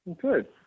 Good